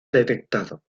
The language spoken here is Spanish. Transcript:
detectado